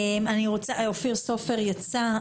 אופיר סופר יצא.